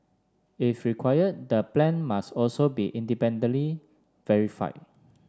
if required the plan must also be independently verified